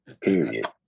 Period